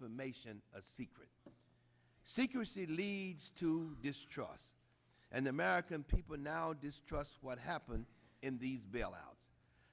information a secret security leads to distrust and the american people now distrust what happened in the bailout